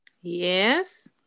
Yes